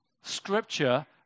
Scripture